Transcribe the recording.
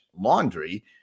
Laundry